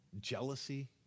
jealousy